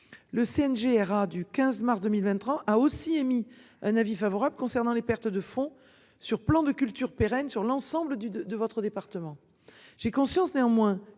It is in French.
le CNG du 15 mars 2023 a aussi émis un avis favorable concernant les pertes de fonds sur plan de cultures pérennes sur l'ensemble du de de votre département. J'ai conscience néanmoins